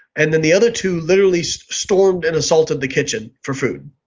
and then the other two literally so stormed and assaulted the kitchen for food.